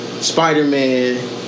Spider-Man